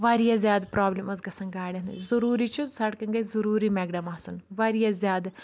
واریاہ زیإد پرابلِم ٲس گژھان گاڑؠن ضروٗری چھ سڑکَن گژھِ ضروٗری مؠکڈم آسُن واریاہ زیادٕ